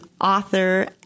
author